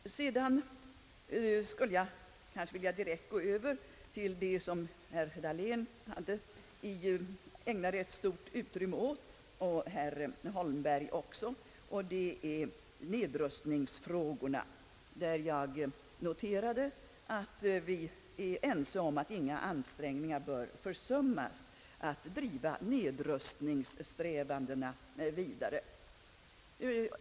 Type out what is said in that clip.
Jag skall härefter gå över till det som herrar Dahlén och Holmberg ägnade stort utrymme åt, nämligen nedrustningsfrågorna. Jag noterade att vi är ense om att inga ansträngningar bör försummas att driva nedrustningssträvandena vidare.